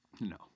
No